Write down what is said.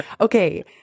okay